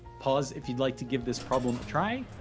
pause if you'd like to give this problem a try,